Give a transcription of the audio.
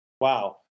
wow